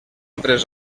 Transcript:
tres